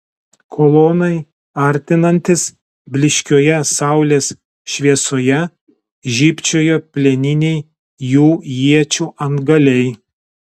kolonai artinantis blyškioje saulės šviesoje žybčiojo plieniniai jų iečių antgaliai